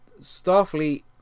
Starfleet